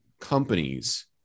companies